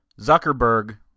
Zuckerberg